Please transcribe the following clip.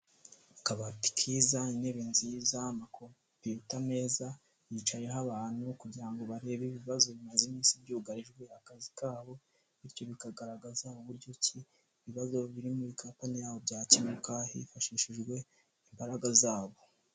Akabati keza, intebe nziza, amakoputa meza, yicayeho abantu kugira ngo barebe ibibazo bimaze iminsi byugarijwe akazi kabo, bityo bikagaragaza uburyo ki ibibazo biri muri kampani yabo byakemuka hifashishijwe imbaraga zabo.